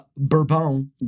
bourbon